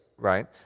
right